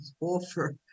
offer